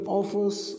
offers